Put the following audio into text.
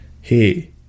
hey